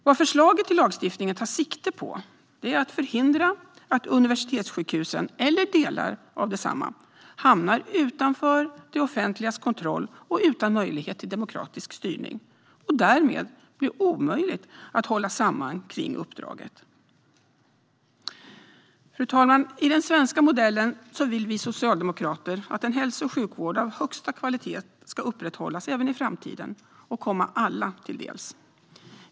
Vad förslaget till lagstiftning tar sikte på är att förhindra att universitetssjukhusen eller delar av dem hamnar utanför det offentligas kontroll, utan möjlighet till demokratisk styrning, och därmed blir omöjliga att hålla samman kring uppdraget. Fru talman! I den svenska modellen vill vi socialdemokrater att en hälso och sjukvård av högsta kvalitet ska upprätthållas även i framtiden och komma alla till del.